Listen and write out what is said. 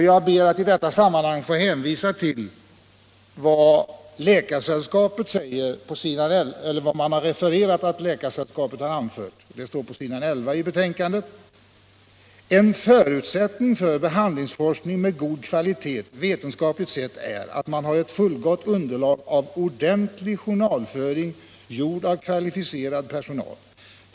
Jag ber i detta sammanhang att få hänvisa till vad Svenska läkaresällskapet anför — det refereras på s. 11 i betänkandet: ”En förutsättning för behandlingsforskning med god kvalitet vetenskapligt sett är att man har ett fullgott underlag av ordentlig journalföring, gjord av kvalificerad personal.